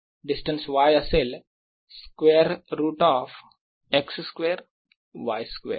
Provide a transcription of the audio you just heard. distance y असेल square root of x square y square